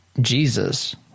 Jesus